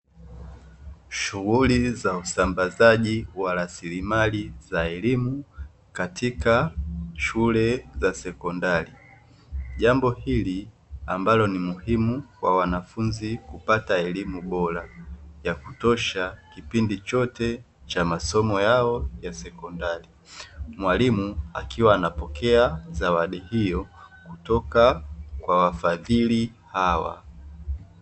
Shughuli za usambazaji wa rasilimali za elimu katika shule za sekondari. Jambo hili ambalo ni muhimu kwa wanafunzi kupata elimu bora ya kutosha kipindi chote cha masomo ya sekondari, mwalimu akiwa anapokea zawadi hiyo kutoka kwa wafadhili hawa.